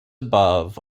above